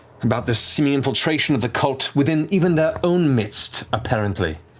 about this seeming infiltration of the cult within even their own midst, apparently.